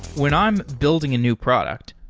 when i'm building a new product,